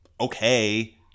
okay